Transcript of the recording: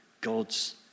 God's